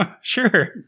Sure